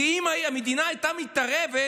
כי אם המדינה הייתה מתערבת,